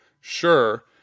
sure